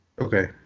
Okay